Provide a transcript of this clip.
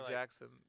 Jackson